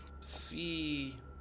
see